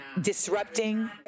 disrupting